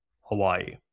Hawaii